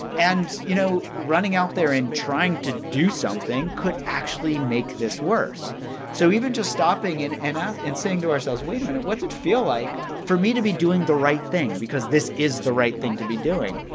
and, you know, running out there and trying to do something could actually make this worse so even just stopping and and and saying to ourselves, wait a minute what's it feel like for me to be doing the right thing? because this is the right thing to be doing.